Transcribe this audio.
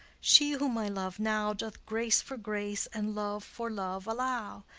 she whom i love now doth grace for grace and love for love allow.